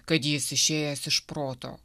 kad jis išėjęs iš proto